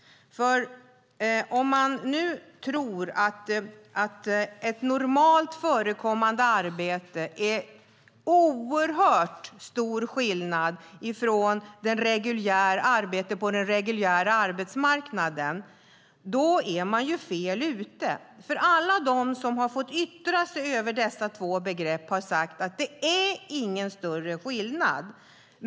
Om man tror att ett normalt förekommande arbete skiljer sig oerhört mycket från arbete på den reguljära arbetsmarknaden är man fel ute. Alla de som har fått yttra sig över dessa två begrepp har sagt att det inte är någon större skillnad.